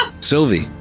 Sylvie